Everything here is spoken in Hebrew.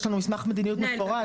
יש לנו מסמך מדיניות מפורט.